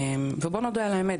ובואו נודה על האמת,